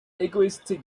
egoistic